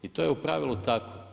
I to je u pravilu tako.